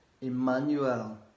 Emmanuel